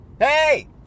hey